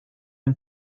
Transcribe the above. این